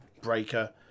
Breaker